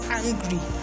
angry